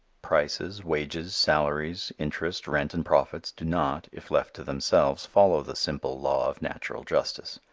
prices, wages, salaries, interest, rent and profits do not, if left to themselves, follow the simple law of natural justice.